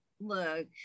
Look